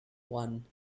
one